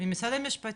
ממשרד המשפטים,